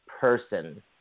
person